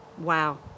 Wow